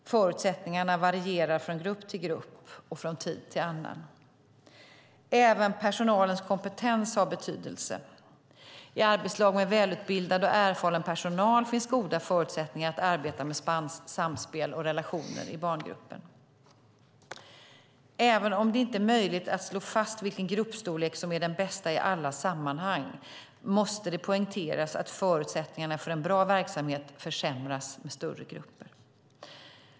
Förutsättningarna varierar från grupp till grupp och från tid till annan. Även personalens kompetens har betydelse. I arbetslag med välutbildad och erfaren personal finns goda förutsättningar att arbeta med samspel och relationer i barngruppen. Även om det inte är möjligt att slå fast vilken gruppstorlek som är den bästa i alla sammanhang måste det poängteras att förutsättningarna för en bra verksamhet försämras med större grupper.